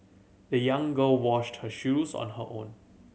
the young girl washed her shoes on her own